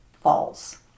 falls